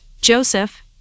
Joseph